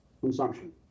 consumption